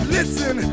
Listen